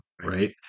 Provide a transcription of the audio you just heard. Right